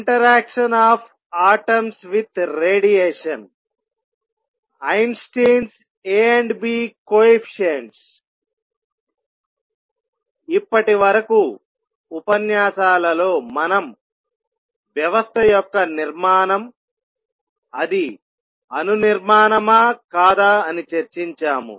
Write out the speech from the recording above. ఇప్పటివరకు ఉపన్యాసాలలో మనం వ్యవస్థ యొక్క నిర్మాణం అది అణు నిర్మాణమా కాదా అని చర్చించాము